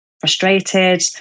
frustrated